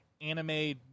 anime